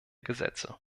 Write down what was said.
gesetze